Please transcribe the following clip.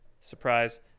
surprise